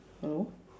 hello